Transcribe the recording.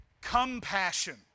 compassion